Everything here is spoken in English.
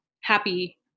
happy